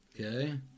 okay